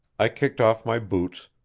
i kicked off my boots,